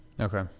Okay